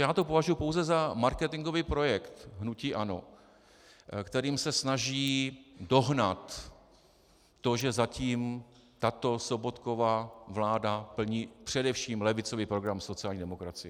Považuji to pouze za marketingový projekt hnutí ANO, kterým se snaží dohnat to, že zatím tato Sobotkova vláda plní především levicový program sociální demokracie.